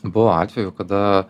buvo atvejų kada